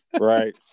Right